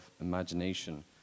imagination